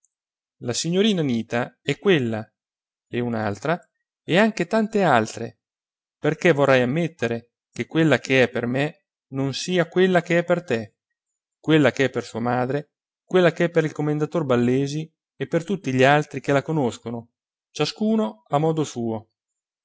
la signorina anita è quella e un'altra e anche tante altre perché vorrai ammettere che quella che è per me non sia quella che è per te quella che è per sua madre quella che è per il commendator ballesi e per tutti gli altri che la conoscono ciascuno a suo